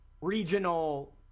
regional